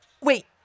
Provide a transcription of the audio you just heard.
wait